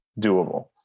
doable